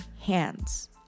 hands